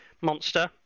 monster